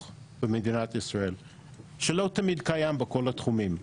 במדינת ישראל שלא תמיד קיים בכל התחומים.